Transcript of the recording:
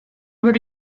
were